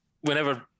whenever